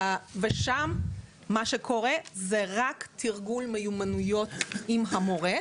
ומה שקורה שם זה רק תרגול מיומנויות עם המורה.